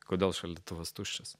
kodėl šaldytuvas tuščias